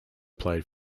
played